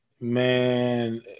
man